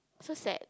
so sad